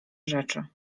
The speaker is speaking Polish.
rzeczy